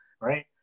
right